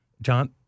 John